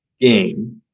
game